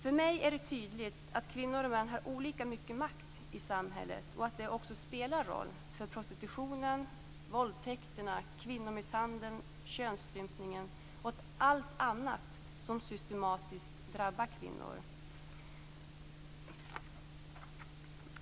För mig är det tydligt att kvinnor och män har olika mycket makt i samhället och att det också spelar roll för prostitutionen, våldtäkterna, kvinnomisshandeln, könsstympningen och allt annat som systematiskt drabbar kvinnor.